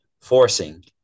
forcing